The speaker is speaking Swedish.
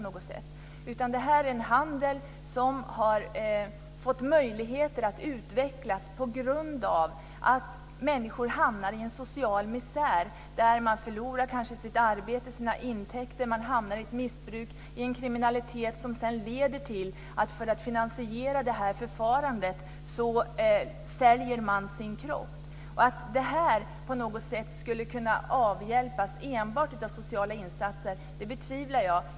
Det är en handel som har fått möjligheter att utvecklas på grund av att människor hamnar i en social misär. De kanske har förlorat sitt arbete, sina intäkter. De hamnar i missbruk och kriminalitet. För att finansiera missbruket säljer man sin kropp. Att det skulle kunna avhjälpas med enbart sociala insatser betvivlar jag.